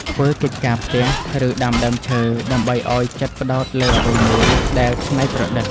ធ្វើកិច្ចការផ្ទះ ឬដាំដើមឈើ ដើម្បីឱ្យចិត្តផ្ដោតលើអ្វីមួយដែលច្នៃប្រឌិត។